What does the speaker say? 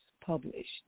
published